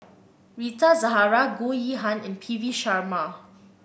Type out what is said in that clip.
Rita Zahara Goh Yihan and P V Sharma